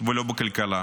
ולא בכלכלה?